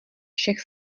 všech